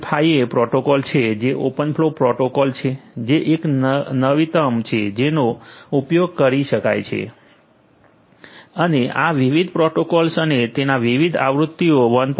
5 એ પ્રોટોકોલ છે જે ઓપનફ્લો પ્રોટોકોલ છે જે એક નવીનતમ છે જેનો ઉપયોગ કરી શકાય છે અને આ વિવિધ પ્રોટોકોલ્સ અને તેના વિવિધ આવૃત્તિઓ 1